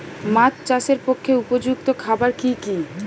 মাছ চাষের পক্ষে উপযুক্ত খাবার কি কি?